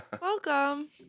Welcome